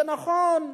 זה נכון,